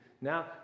Now